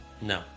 No